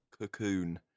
Cocoon